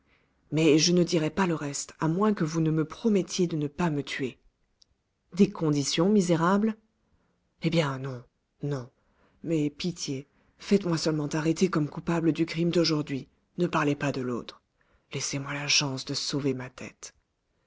mais je ne dirai pas le reste à moins que vous ne me promettiez de ne pas me tuer des conditions misérable eh bien non non mais pitié faites-moi seulement arrêter comme coupable du crime d'aujourd'hui ne parlez pas de l'autre laissez-moi la chance de sauver ma tête